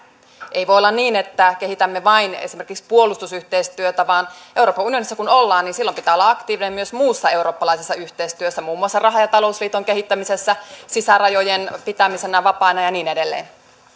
ei voi olla niin että kehitämme vain esimerkiksi puolustusyhteistyötä vaan euroopan unionissa kun ollaan niin silloin pitää olla aktiivinen myös muussa eurooppalaisessa yhteistyössä muun muassa raha ja talousliiton kehittämisessä sisärajojen pitämisessä vapaana ja niin edelleen